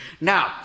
Now